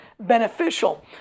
beneficial